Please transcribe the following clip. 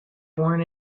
born